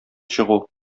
чыгу